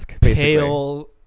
pale